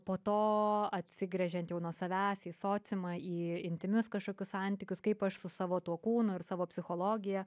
po to atsigręžiant jau nuo savęs į sociumą į intymius kažkokius santykius kaip aš su savo tuo kūnu ir savo psichologija